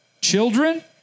Children